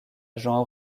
agent